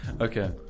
Okay